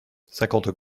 cinquante